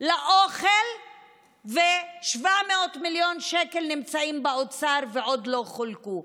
לאוכל ו-700 מיליון שקל נמצאים באוצר ועוד לא חולקו,